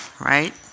right